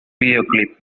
videoclip